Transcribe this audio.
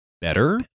better